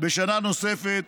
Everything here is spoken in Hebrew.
בשנה נוספת.